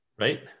right